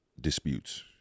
disputes